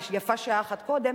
ויפה שעה אחת קודם,